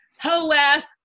Ho-ass